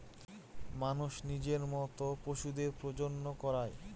মানুষ নিজের মত পশুদের প্রজনন করায়